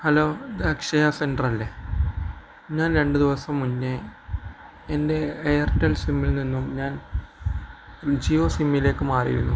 hello ഇത് Akshaya centre അല്ലേ ഞാൻ രണ്ട് ദിവസം മുന്നേ എൻ്റെ എയർടെൽ സിമ്മിൽ നിന്നും ഞാൻ ജിയോ സിമ്മിലേക്ക് മാറിയിരുന്നു